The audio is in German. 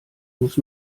muss